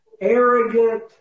arrogant